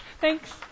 Thanks